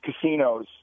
casinos